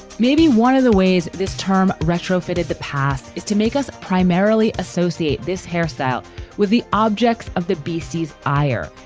maybe one of the ways this term retrofitted the past is to make us primarily associate this hairstyle with the objects of the beasties ire.